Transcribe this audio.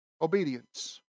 Obedience